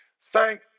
Thank